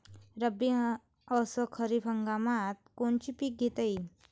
रब्बी अस खरीप हंगामात कोनचे पिकं घेता येईन?